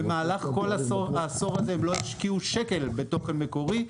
במהלך כל העשור הזה הם לא השקיעו שקל בתוכן מקורי.